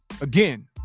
again